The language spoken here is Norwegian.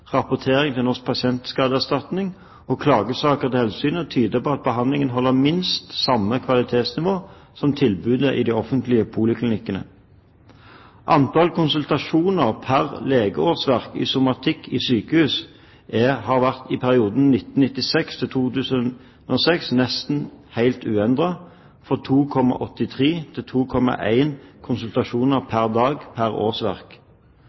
rapportering til Norsk pasientskadeerstatning og klagesaker til Helsetilsynet, tyder på at behandlingen holder minst samme kvalitetsnivå som tilbudet i de offentlige poliklinikkene. Antall konsultasjoner pr. legeårsverk i somatikk i sykehus har i perioden 1996–2006 vært nesten helt uendret – fra 2,38 til 2,1 konsultasjoner pr. dag/pr. årsverk. Hos avtalespesialistene er det tilsvarende tallet i 2006